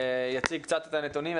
יציג את הנתונים,